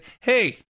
hey